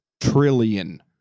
Trillion